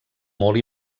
molt